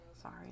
Sorry